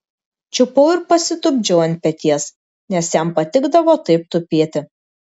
čiupau ir pasitupdžiau ant peties nes jam patikdavo taip tupėti